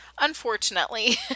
unfortunately